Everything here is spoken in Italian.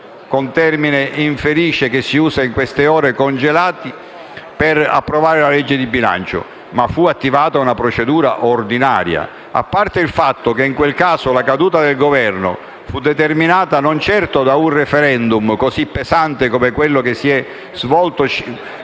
un termine infelice che si usa in queste ore, congelate per approvare la legge di bilancio, ma allora fu attivata una procedura ordinaria. A parte il fatto che in quel caso la caduta del Governo fu determinata non certo da un *referendum* così pesante come quello che si è svolto